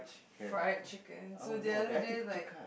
fried chicken so the other day like